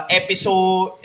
episode